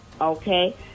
Okay